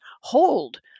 hold